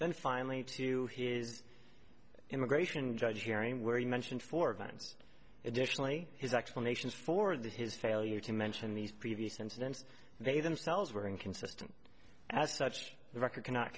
then finally to his immigration judge hearing where he mentioned four events additionally his explanations for that his failure to mention these previous incidents they themselves were inconsistent as such record cannot